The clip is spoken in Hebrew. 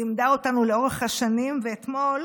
לימדה אותנו לאורך השנים, ואתמול